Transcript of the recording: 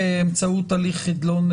לא.